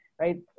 Right